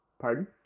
pardon